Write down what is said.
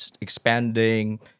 expanding